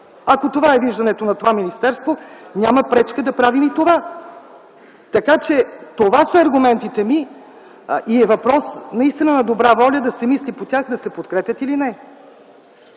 Ако това е виждането на това министерство, няма пречка да правим и това. Това са аргументите ми. Въпрос на добра воля е да се мисли по тях – да се подкрепят или не.